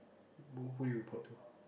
who do we report to